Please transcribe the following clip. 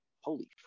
holy